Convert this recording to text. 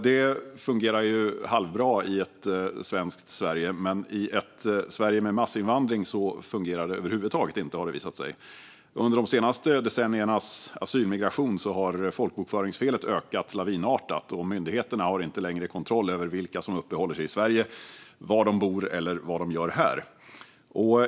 Detta fungerar halvbra i ett svenskt Sverige, men i ett Sverige med massinvandring fungerar det över huvud taget inte, har det visat sig. I samband med de senaste decenniernas asylmigration har folkbokföringsfelet ökat lavinartat, och myndigheterna har inte längre kontroll över vilka som uppehåller sig i Sverige, var de bor eller vad de gör här.